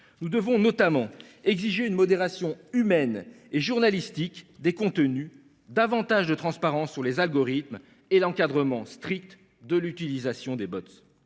Nous devons notamment exiger une modération humaine et journalistique des contenus, une transparence accrue des algorithmes et l’encadrement strict de l’utilisation des .